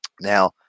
Now